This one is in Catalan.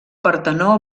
partenó